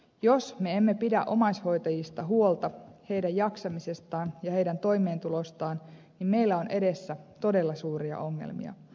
jos me emme pidä omaishoitajista heidän jaksamisestaan ja toimeentulostaan huolta niin meillä on edessä todella suuria ongelmia